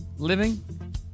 Living